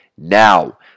Now